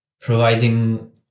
providing